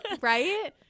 Right